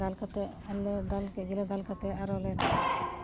ᱫᱟᱞ ᱠᱟᱛᱮ ᱞᱮ ᱫᱟᱞ ᱠᱮᱜ ᱜᱮᱞᱮ ᱫᱟᱞ ᱠᱟᱛᱮ ᱟᱨᱚᱞᱮ